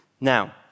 Now